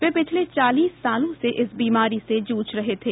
वे पिछले चालीस सालों से इस बीमारी से जूझ रहे थे